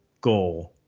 goal